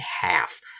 half